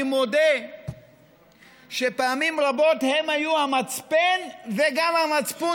אני מודה שפעמים רבות הם היו המצפן וגם המצפון